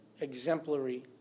exemplary